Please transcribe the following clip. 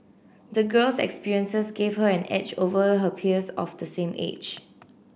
the girls experiences gave her an edge over her peers of the same age